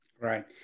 Right